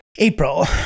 April